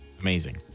Amazing